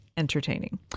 entertaining